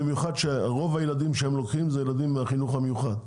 במיוחד כשרוב הילדים שהם לוקחים זה ילדים מהחינוך המיוחד.